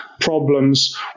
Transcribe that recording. problems